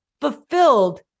fulfilled